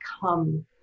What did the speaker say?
come